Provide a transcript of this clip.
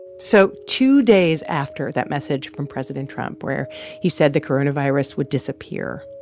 so two days after that message from president trump, where he said the coronavirus would disappear,